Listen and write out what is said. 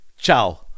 Ciao